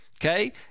Okay